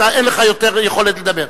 אתה, אין לך יותר יכולת לדבר.